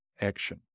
action